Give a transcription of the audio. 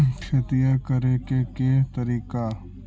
खेतिया करेके के तारिका?